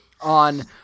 on